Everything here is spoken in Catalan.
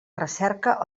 recerca